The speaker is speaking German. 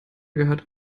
gehört